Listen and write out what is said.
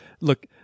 Look